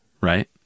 Right